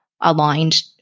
aligned